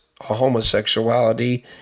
homosexuality